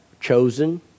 chosen